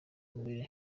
mbere